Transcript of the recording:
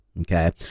okay